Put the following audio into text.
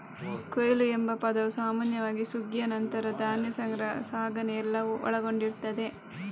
ಕೊಯ್ಲು ಎಂಬ ಪದವು ಸಾಮಾನ್ಯವಾಗಿ ಸುಗ್ಗಿಯ ನಂತರ ಧಾನ್ಯ ಸಂಗ್ರಹ, ಸಾಗಣೆ ಎಲ್ಲವನ್ನ ಒಳಗೊಂಡಿರ್ತದೆ